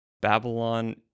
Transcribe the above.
Babylon